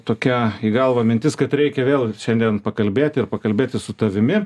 tokia į galvą mintis kad reikia vėl šiandien pakalbėti ir pakalbėti su tavimi